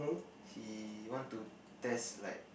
he want to test like